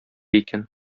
икән